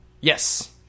Yes